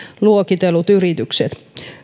luokitellut yritykset